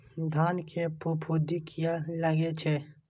धान में फूफुंदी किया लगे छे?